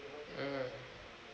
mm